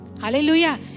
Hallelujah